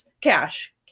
cash